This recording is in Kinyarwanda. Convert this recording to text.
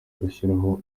gushyiraho